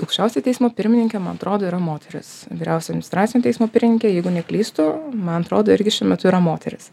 aukščiausiojo teismo pirmininkė man atrodo yra moteris vyriausiojo administracinio teismo pirmininkė jeigu neklystu man atrodo irgi šiuo metu yra moteris